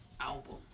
Album